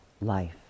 life